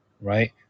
right